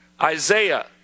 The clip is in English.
isaiah